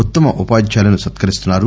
ఉత్తమ ఉపాధ్యాయులను సత్కరిస్తున్నారు